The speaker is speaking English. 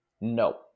No